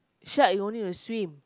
shark you only need to swim